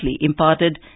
imparted